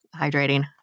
hydrating